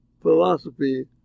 philosophy